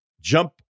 jump